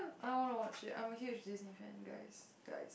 I wanna watch it I'm a huge Disney fan guys guys